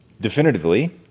Definitively